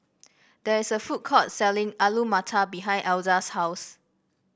there is a food court selling Alu Matar behind Elza's house